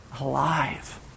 alive